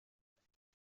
情况